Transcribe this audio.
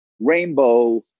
rainbow